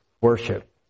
worship